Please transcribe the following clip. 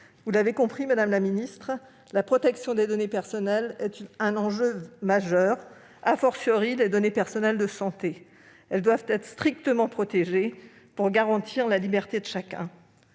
Vous l'aurez compris, madame la ministre, la protection des données personnelles est un enjeu majeur, les données personnelles de santé ; elles doivent être strictement protégées pour garantir la liberté de chacun.